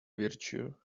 virtue